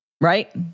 Right